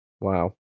wow